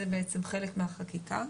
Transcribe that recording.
זה בעצם חלק מהחקיקה,